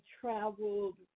traveled